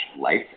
life